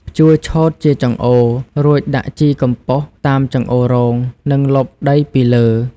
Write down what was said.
ភ្ជួរឆូតជាចង្អូរ រួចដាក់ជីកំប៉ុស្តតាមចង្អូររង និងលុបដីពីលើ។